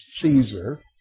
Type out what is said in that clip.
Caesar